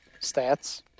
stats